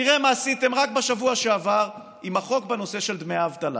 תראה מה עשיתם רק בשבוע שעבר עם החוק בנושא של דמי אבטלה: